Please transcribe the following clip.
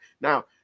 Now